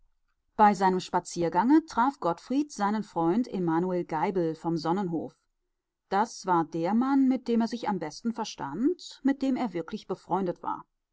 bei seinem spaziergange traf gottfried seinen freund emanuel geibel vom sonnenhof das war der mann mit dem er sich am besten verstand mit dem er wirklich befreundet war